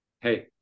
Hey